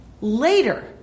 later